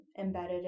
embedded